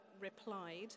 replied